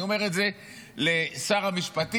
אני אומר את זה לשר המשפטים,